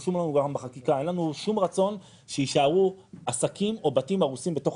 אין לנו שום רצון שיישארו עסקים או בתים הרוסים בתוך